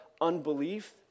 unbelief